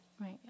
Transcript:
Right